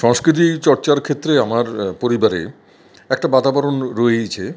সংস্কৃতি চর্চার ক্ষেত্রে আমার পরিবারে একটা বাতাবরণ রয়েইছে